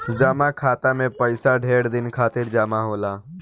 जमा खाता मे पइसा ढेर दिन खातिर जमा होला